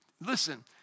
listen